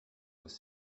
was